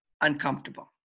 uncomfortable